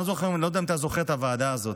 אני לא יודע אם אתה זוכר את הוועדה הזאת.